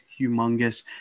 humongous